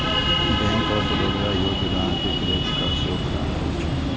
bank of Baroda योग्य ग्राहक कें क्रेडिट कार्ड सेहो प्रदान करै छै